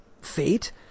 fate